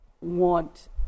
want